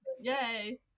Yay